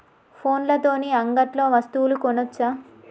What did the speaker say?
ఫోన్ల తోని అంగట్లో వస్తువులు కొనచ్చా?